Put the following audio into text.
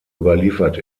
überliefert